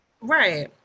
Right